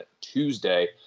Tuesday